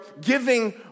giving